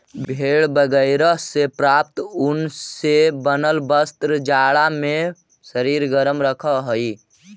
भेड़ बगैरह से प्राप्त ऊन से बनल वस्त्र जाड़ा में शरीर गरम रखऽ हई